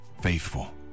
faithful